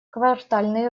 квартальный